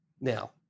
Now